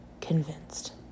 convinced